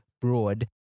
broad